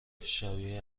شبیه